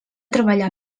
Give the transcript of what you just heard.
treballar